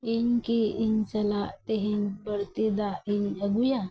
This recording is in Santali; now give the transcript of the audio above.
ᱤᱧ ᱠᱤ ᱤᱧ ᱥᱟᱞᱟᱜ ᱛᱮᱦᱮᱧ ᱵᱟᱹᱲᱛᱤ ᱫᱟᱜ ᱤᱧ ᱟᱹᱜᱩᱭᱟ